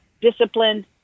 disciplined